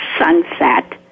sunset